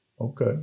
Okay